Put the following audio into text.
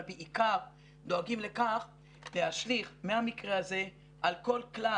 אבל בעיקר דואגים לכך להשליך מהמקרה הזה על כל כלל